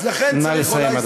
אז לכן, נא לסיים.